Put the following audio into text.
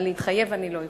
אבל להתחייב אני לא יכולה.